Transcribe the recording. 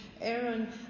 Aaron